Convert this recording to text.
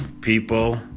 people